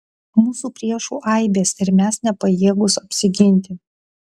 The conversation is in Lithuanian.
mūsų priešų aibės ir mes nepajėgūs apsiginti